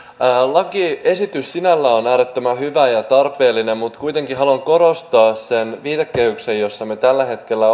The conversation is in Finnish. lakiesitys sinällään on äärettömän hyvä ja tarpeellinen mutta kuitenkin haluan korostaa sitä viitekehystä jossa me tällä hetkellä